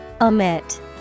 omit